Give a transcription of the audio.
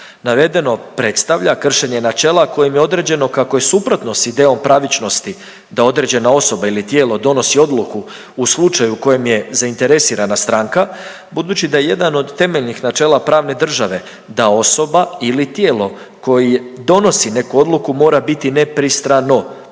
Navedeno predstavlja kršenje načela kojim je određeno kako je suprotno s idejom pravičnosti da određena osoba ili tijelo donosi odluku u slučaju u kojem je zainteresirana stranka, budući da je jedan od temeljnih načela pravne države da osoba ili tijelo koje donosi neku odluku mora biti nepristrano